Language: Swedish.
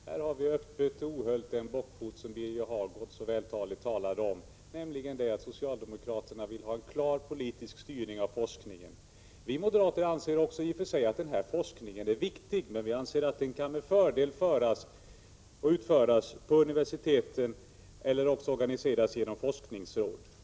Herr talman! Här ser vi öppet och ohöljt den bockfot som Birger Hagård så vältaligt beskrev, nämligen att socialdemokraterna vill ha en klar politisk styrning av forskningen. Vi moderater anser också att denna forskning i och för sig är viktig, men vi anser att den med fördel kan utföras på universiteten eller organiseras genom forskningsråd.